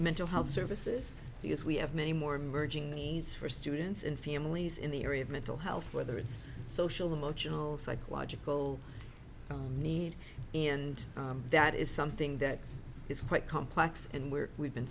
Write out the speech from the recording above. mental health services because we have many more emerging needs for students and families in the area of mental health whether it's social emotional psychological need and that is something that is quite complex and we're we've been